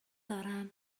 دارم